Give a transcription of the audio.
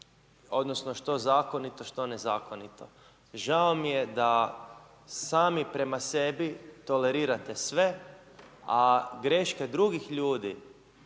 odnosno što zakonito, što nezakonito. Žao mi je da sami prema sebi tolerirate sve, a greške drugih ljudi,